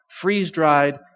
freeze-dried